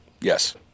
Yes